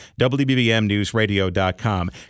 WBBMNewsRadio.com